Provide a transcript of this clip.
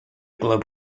globe